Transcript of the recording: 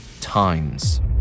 times